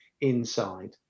inside